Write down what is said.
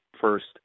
first